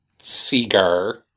Seagar